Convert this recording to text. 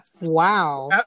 Wow